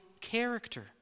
character